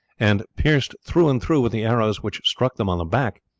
and, pierced through and through with the arrows which struck them on the back,